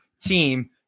team